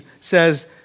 says